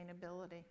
sustainability